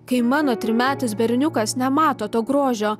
kai mano trimetis berniukas nemato to grožio